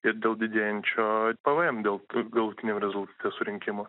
ir dėl didėjančio pvm dėl tų galutiniam rezultate surinkimo